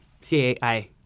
C-A-I